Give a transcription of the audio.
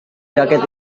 jaket